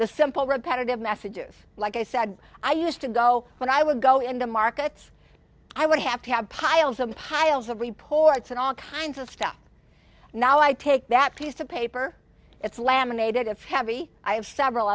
the simple repetitive messages like i said i used to go when i would go into markets i would have to have piles and piles of reports and all kinds of stuff now i take that piece of paper it's laminated of heavy i have several